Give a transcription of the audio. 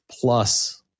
plus